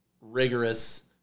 rigorous